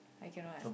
I cannot